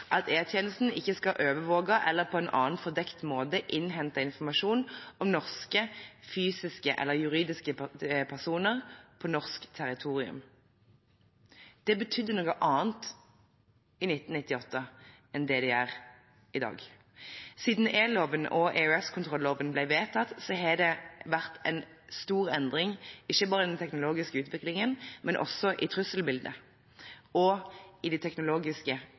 at E-tjenesten ikke skal «overvåke eller på annen fordekt måte innhente informasjon om norske fysiske eller juridiske personer» på norsk territorium. Det betydde noe annet i 1998 enn det det gjør i dag. Siden e-loven og EOS-kontrolloven ble vedtatt, har det vært en stor endring ikke bare i den teknologiske utviklingen, men også i trusselbildet og i de teknologiske